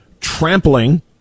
trampling